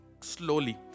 Slowly